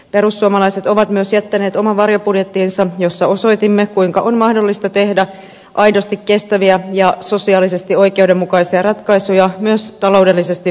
perussuomalaiset ovat myös jättäneet oman varjobudjettinsa jossa osoitimme kuinka on mahdollista tehdä aidosti kestäviä ja sosiaalisesti oikeudenmukaisia ratkaisuja myös taloudellisesti vaikeina aikoina